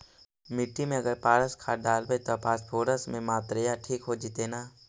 मिट्टी में अगर पारस खाद डालबै त फास्फोरस के माऋआ ठिक हो जितै न?